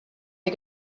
les